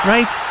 Right